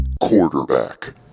Quarterback